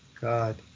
God